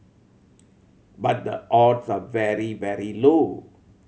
but the odds are very very low